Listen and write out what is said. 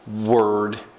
word